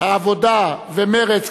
העבודה ומרצ,